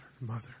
mother